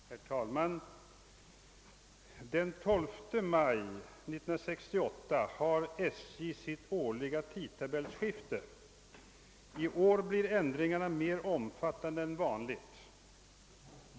Herr talman! »Den 12 maj 1968 har SJ sitt årliga tidtabellskifte. I år blir ändringarna mer omfattande än vanligt.